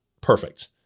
perfect